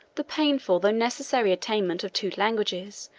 the painful though necessary attainment of two languages,